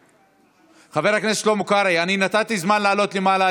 חבר הכנסת שלמה קרעי, נתתי זמן לעלות למעלה.